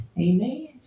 Amen